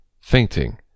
fainting